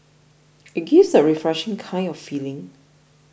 it gives a refreshing kind of feeling